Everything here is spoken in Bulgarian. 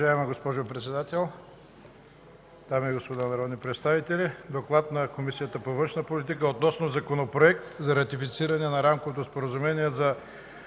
Уважаема госпожо председател, дами и господа народни представители! „ДОКЛАД на Комисията по външна политика относно Законопроект за ратифициране на Рамковото споразумение за